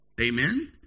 Amen